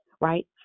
right